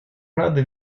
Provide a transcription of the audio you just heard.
рады